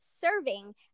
serving